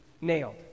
nailed